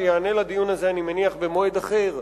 שיענה בדיון הזה, אני מניח, במועד אחר,